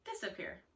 disappear